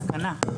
סכנה.